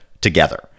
together